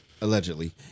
Allegedly